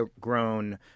grown